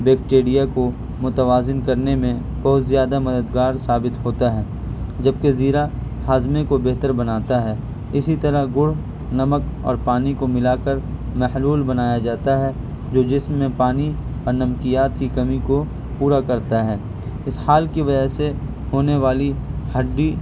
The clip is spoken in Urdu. بیکٹیریا کو متوازن کرنے کے بہت زیادہ مددگار ثابت ہوتا ہے جبکہ زیرہ ہاضمے کو بہتر بناتا ہے اسی طرح گڑ نمک اور پانی کو ملا کر محلول بنایا جاتا ہے جو جسم میں پانی اور نمکیات کو کمی کو پورا کرتا ہے اسہال کی وجہ سے ہونے والی ہڈی